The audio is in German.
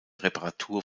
reparatur